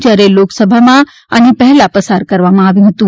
જ્યારે લોકસભામાં આની પહેલા પસાર કરવામાં આવ્યું હતું